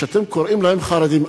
כשאתם קוראים להם חרדים,